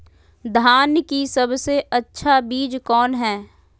धान की सबसे अच्छा बीज कौन है?